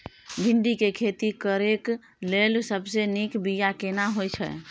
भिंडी के खेती करेक लैल सबसे नीक बिया केना होय छै?